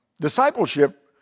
Discipleship